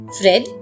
Fred